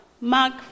Mark